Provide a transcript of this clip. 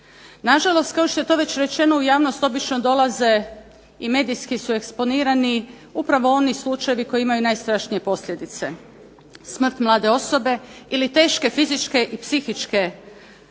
Na žalost kao što je već rečeno u javnost obično dolaze i medijski su eksponirani upravo oni slučajevi koji imaju najstrašnije posljedice, smrt mlade osobe ili teške fizičke i psihičke posljedice